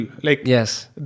Yes